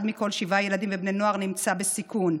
אחד מכל שבעה ילדים ובני נוער נמצא בסיכון.